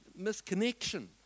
misconnection